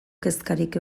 kezkarik